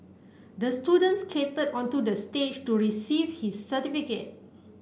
the student skated onto the stage to receive his certificate